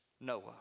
Noah